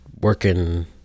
working